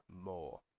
more